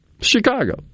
Chicago